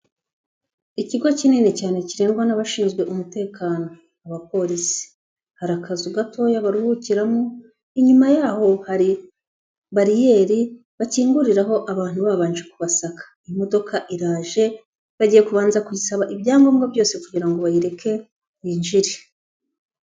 Ikigo kinini cyane kirendwa n'abashinzwe umutekano abapolisi, hari akazu gatoya baruhukiramo, inyuma y'aho hari bariyeri bakinguriraho abantu babanje kubasaka, imodoka iraje bagiye kubanza kuyisaba ibyangombwa byose kugira ngo bayireke yinjire.